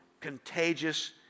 contagious